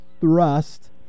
thrust